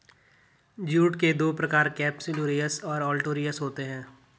jute के दो प्रकार केपसुलरिस और ओलिटोरियस होते हैं